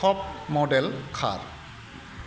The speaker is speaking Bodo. top model car